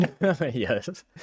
Yes